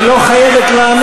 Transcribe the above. בסדר, אבל היא לא חייבת לענות.